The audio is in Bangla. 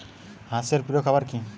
হাঁস এর প্রিয় খাবার কি?